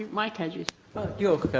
mike hedges but